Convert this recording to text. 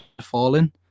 fallen